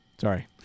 sorry